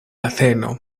azeno